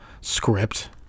script